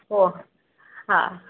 हो हा